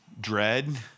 Dread